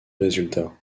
résultats